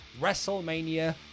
Wrestlemania